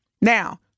Now